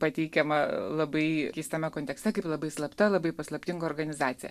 pateikiama labai keistame kontekste kaip labai slapta labai paslaptinga organizacija